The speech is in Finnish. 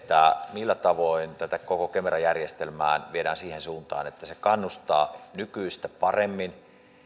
millä tavoin tätä koko kemera järjestelmää viedään siihen suuntaan että se kannustaa nykyistä paremmin